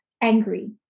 angry